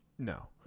No